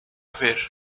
ver